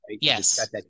Yes